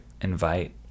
invite